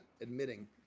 admitting